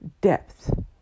depth